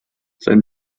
sein